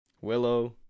Willow